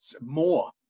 More